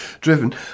driven